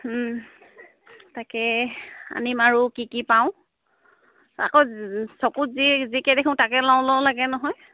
তাকে আনিম আৰু কি কি পাওঁ আকৌ চকুত যি যিহকে দেখোঁ তাকে লওঁ লওঁ লাগে নহয়